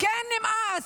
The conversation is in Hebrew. נמאס.